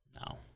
No